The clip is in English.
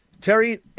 Terry